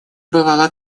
бывало